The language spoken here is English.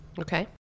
Okay